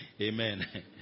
Amen